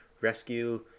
rescue